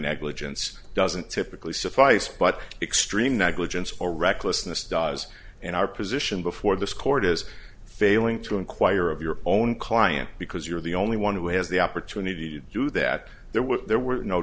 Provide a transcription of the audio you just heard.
negligence typically suffice but extreme negligence or recklessness does in our position before this court is failing to inquire of your own client because you're the only one who has the opportunity to do that there were there were no